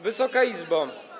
Wysoka Izbo!